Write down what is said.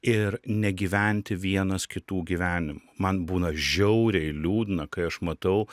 ir negyventi vienas kitų gyvenimų man būna žiauriai liūdna kai aš matau